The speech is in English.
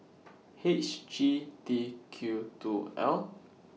H G T Q two L